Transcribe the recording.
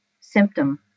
symptom